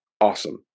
Awesome